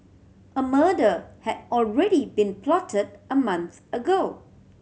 a murder had already been plotted a month ago